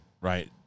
Right